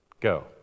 Go